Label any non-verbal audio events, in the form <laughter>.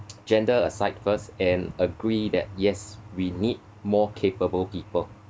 <noise> gender aside first and agree that yes we need more capable people